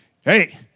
hey